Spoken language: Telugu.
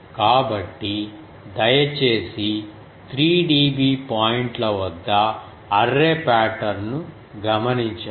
కాబట్టి దయచేసి 3 dB పాయింట్ల వద్ద అర్రే పాటర్న్ ను గమనించండి